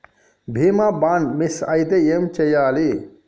బీమా bond miss అయితే ఏం చేయాలి?